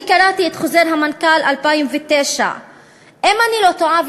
אני קראתי את חוזר המנכ"ל 2009. אם אני לא טועה,